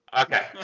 Okay